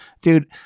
Dude